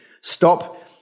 Stop